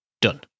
Done